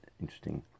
Interesting